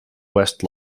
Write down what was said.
west